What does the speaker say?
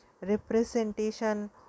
representation